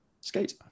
skate